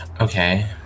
okay